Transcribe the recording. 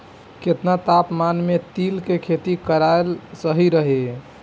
केतना तापमान मे तिल के खेती कराल सही रही?